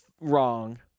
wrong